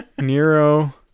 Nero